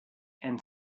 and